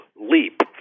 leap